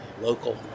local